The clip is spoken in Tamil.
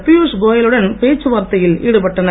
பியூஷ் கோயலுடன் பேச்சுவார்த்தையில் ஈடுபட்டிருந்தனர்